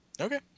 Okay